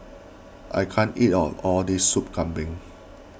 I can't eat all of this Sup Kambing